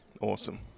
Awesome